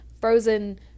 frozen